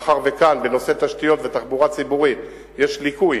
מאחר שבנושא התשתיות והתחבורה הציבורית יש ליקוי